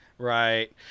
right